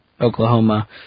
Oklahoma